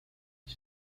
sin